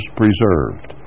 preserved